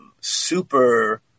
super